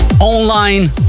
online